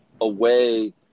away